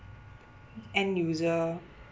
end-user